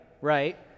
Right